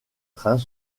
trains